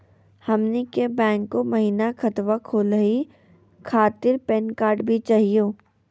हमनी के बैंको महिना खतवा खोलही खातीर पैन कार्ड भी चाहियो?